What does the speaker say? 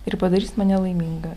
ir padarys mane laiminga